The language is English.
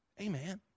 Amen